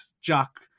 Jack